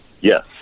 Yes